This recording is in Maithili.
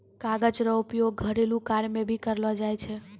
कागज रो उपयोग घरेलू कार्य मे भी करलो जाय छै